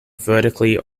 vertically